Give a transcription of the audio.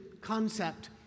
concept